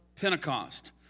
Pentecost